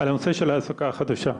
על הנושא של ההעסקה החדשה.